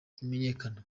imenyekana